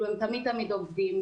הם תמיד עובדים.